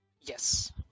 Yes